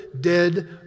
dead